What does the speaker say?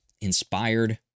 inspired